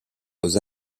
aux